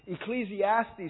Ecclesiastes